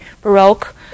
Baroque